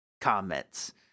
comments